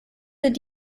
sind